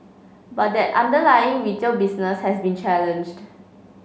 but that underlying retail business has been challenged